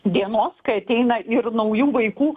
dienos kai ateina ir naujų vaikų